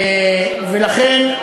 ולכן,